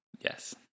yes